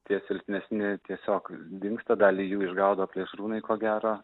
tie silpnesni tiesiog dingsta dalį jų išgaudo plėšrūnai ko gero